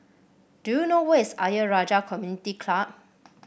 do you know where is Ayer Rajah Community Club